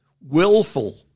willful